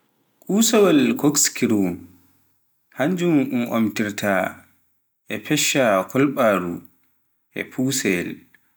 kusawal kokskirew, hannjun un moftira e fecca kwalbaaru, e puusuyyel